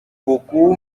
beaucoup